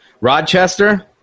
Rochester